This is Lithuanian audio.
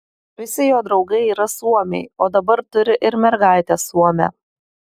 visi jo draugai yra suomiai o dabar turi ir mergaitę suomę